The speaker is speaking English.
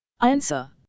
Answer